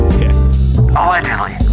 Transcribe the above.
Allegedly